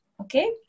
okay